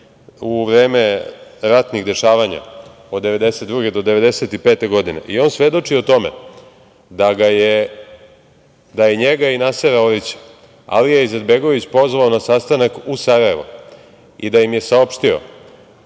u vreme ratnih dešavanja, od 1992. do 1995. godine i on svedoči o tome da je njega i Nasera Orića Alija Izetbegović pozvao na sastanak u Sarajevo i da im je saopštio,